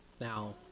Now